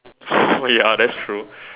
ya that's true